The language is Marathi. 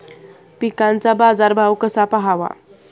पिकांचा बाजार भाव कसा पहावा?